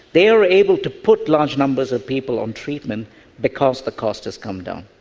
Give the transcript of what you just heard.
they are able to put large numbers of people on treatment because the cost has come down.